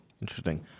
Interesting